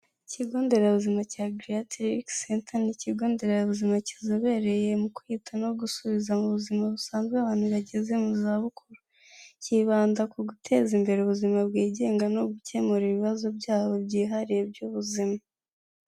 Ikigo nderabuzima cya Gereyatirike senta ni ikigo nderabuzima kizobereye mu kwita no gusubiza mu buzima busanzwe abantu bageze mu za bukuru, kibanda ku guteza imbere ubuzima bwigenga no gukemura ibibazo byabo byihariye by'ubuzima.